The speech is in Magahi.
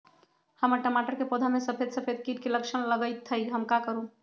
हमर टमाटर के पौधा में सफेद सफेद कीट के लक्षण लगई थई हम का करू?